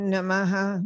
Namaha